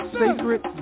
sacred